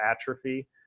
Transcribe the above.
atrophy